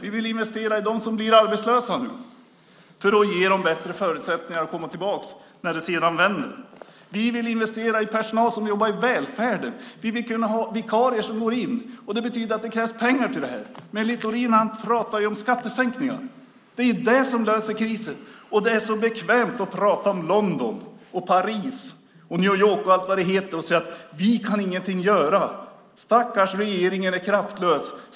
Vi vill investera i dem som blir arbetslösa för att ge dem bättre förutsättningar att komma tillbaka när det vänder. Vi vill investera i personal som jobbar i välfärden. Vi vill kunna ha vikarier. Det krävs pengar till detta, men Littorin pratar om skattesänkningar och att det löser krisen. Det är så bekvämt att prata om London, Paris och New York och säga att vi inte kan göra något. Stackars regeringen är kraftlös.